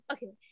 Okay